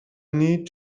need